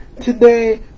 today